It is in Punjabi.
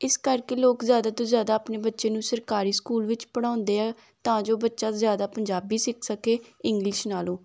ਇਸ ਕਰਕੇ ਲੋਕ ਜ਼ਿਆਦਾ ਤੋਂ ਜ਼ਿਆਦਾ ਆਪਣੇ ਬੱਚੇ ਨੂੰ ਸਰਕਾਰੀ ਸਕੂਲ ਵਿੱਚ ਪੜ੍ਹਾਉਂਦੇ ਆ ਤਾਂ ਜੋ ਬੱਚਾ ਜ਼ਿਆਦਾ ਪੰਜਾਬੀ ਸਿੱਖ ਸਕੇ ਇੰਗਲਿਸ਼ ਨਾਲੋਂ